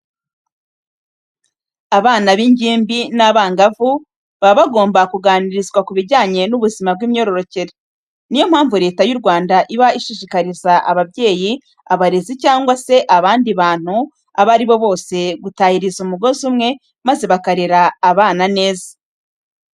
Abana b'ingimbi n'abangavu, baba bagomba kuganirizwa ku bijyanye n'ubuzima bw'imyororokere. Niyo mpamvu Leta y'u Rwanda iba ishishikariza ababyeyi, abarezi cyangwa se abandi bantu abo ari bo bose gutahiriza umugozi umwe maze bakarera aba bana neza.